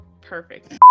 Perfect